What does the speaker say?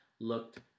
looked